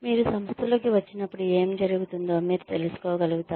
మీరు సంస్థలోకి వచ్చినప్పుడు ఏమి జరుగుతుందో మీరు తెలుసుకోగలుగుతారు